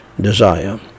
desire